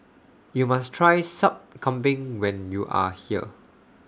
YOU must Try Sup Kambing when YOU Are here